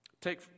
Take